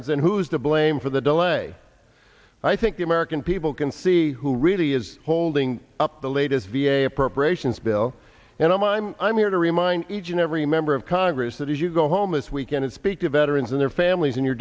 veterans and who's to blame for the delay i think the american people can see who really is holding up the latest v a appropriations bill and i'm i'm i'm here to remind each and every member of congress that if you go home this weekend it speak to veterans and their families in your